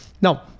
Now